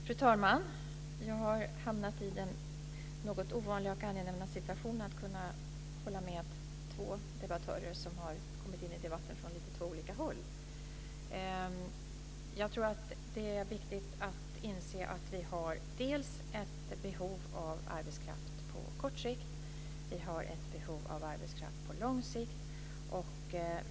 Fru talman! Jag har hamnat i den något ovanliga och angenäma situationen att kunna hålla med två debattörer som har kommit in i debatten från två lite olika håll. Jag tror att det är viktigt att inse att vi har ett behov av arbetskraft på kort sikt och att vi har ett behov av arbetskraft på lång sikt.